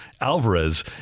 Alvarez